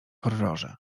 horrorze